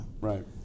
right